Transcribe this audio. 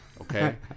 Okay